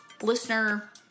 Listener